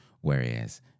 whereas